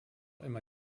immer